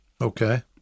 Okay